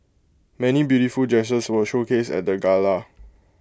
many beautiful dresses were showcased at the gala